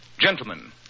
Gentlemen